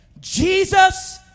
Jesus